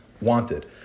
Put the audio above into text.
wanted